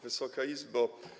Wysoka Izbo!